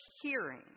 hearing